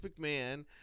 McMahon